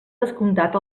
descomptat